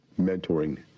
mentoring